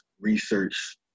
research